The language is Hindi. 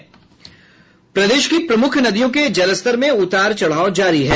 प्रदेश की प्रमुख नदियों के जलस्तर में उतार चढ़ाव जारी है